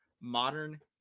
Modern